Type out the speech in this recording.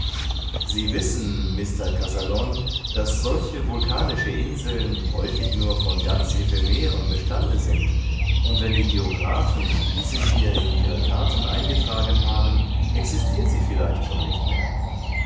sie wissen mr kazallon daß solche vulkanische inseln häufig nur von ganz ephemerem bestande sind und wenn die geographen diese hier in ihre karten eingetragen haben existirt sie vielleicht schon nicht mehr